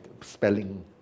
spelling